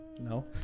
No